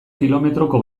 kilometroko